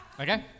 okay